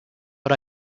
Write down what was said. but